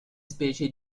specie